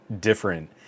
different